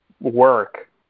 work